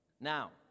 Now